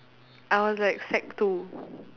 I was like sec two